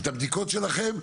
את הבדיקות שלכם,